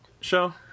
show